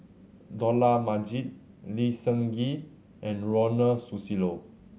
Dollah Majid Lee Seng Gee and Ronald Susilo